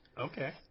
Okay